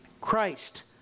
Christ